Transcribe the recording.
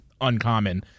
uncommon